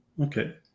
Okay